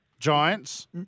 Giants